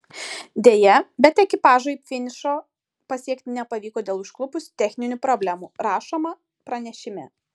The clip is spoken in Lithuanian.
deja bet ekipažui finišo pasiekti nepavyko dėl užklupusių techninių problemų rašoma pranešime